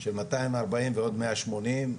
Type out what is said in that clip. של מאתיים ארבעים ועוד מאה שמונים,